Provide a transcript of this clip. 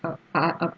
uh